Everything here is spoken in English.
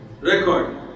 Record